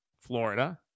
Florida